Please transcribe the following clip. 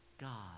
God